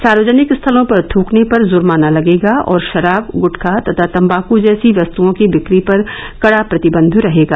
सार्वजनिक स्थलों पर थूकने पर जुर्माना लगेगा और शराब गुटखा तथा तंबाकू जैसी वस्तुओं की बिक्री पर कड़ा प्रतिबंध रहेगा